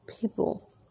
people